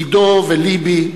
עידו וליבי,